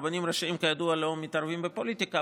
רבנים ראשיים כידוע לא מתערבים בפוליטיקה,